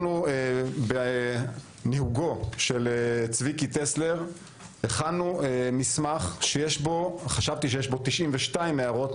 בניהוגו של צביקי טסלר הכנו מסמך שיש בו 100 הערות,